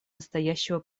настоящего